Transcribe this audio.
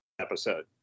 episode